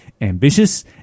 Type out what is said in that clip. ambitious